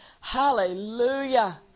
Hallelujah